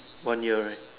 one year right